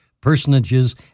personages